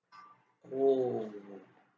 oh